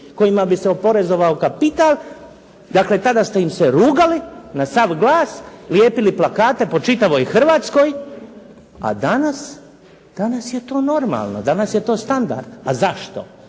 kojima bi se oporezovao kapital, dakle tada ste im se rugali na sav glas, lijepili plakate po čitavoj Hrvatskoj, a danas. Danas je to normalno. Danas je to standard. A zašto?